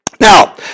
Now